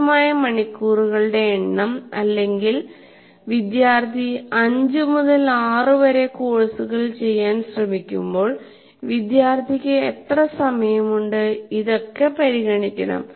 ലഭ്യമായ മണിക്കൂറുകളുടെ എണ്ണം അല്ലെങ്കിൽ വിദ്യാർത്ഥി 5 മുതൽ 6 വരെ കോഴ്സുകൾ ചെയ്യാൻ ശ്രമിക്കുമ്പോൾ വിദ്യാർത്ഥിക്ക് എത്ര സമയമുണ്ട് ഇതൊക്കെ പരിഗണിക്കണം